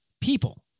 people